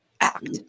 act